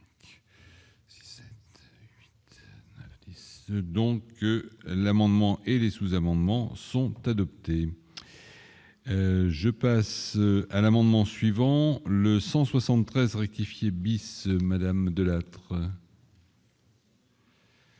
Donc que l'amendement et les sous-amendements sont adoptés, je passe à l'amendement suivant le 173 rectifier bis madame Delattre.